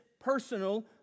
Personal